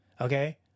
Okay